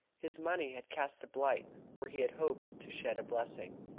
his money had cast a blight where he had hoped to shed a blessing.